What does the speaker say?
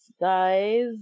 guys